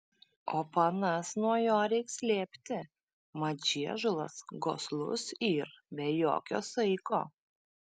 o panas nuo jo reik slėpti mat žiežulas goslus yr be jokio saiko